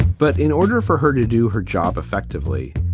but in order for her to do her job effectively,